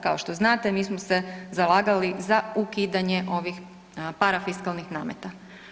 Kao što znate mi smo se zalagali za ukidanje ovih parafiskalnih nameta.